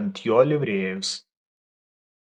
ant jo livrėjos